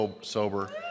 sober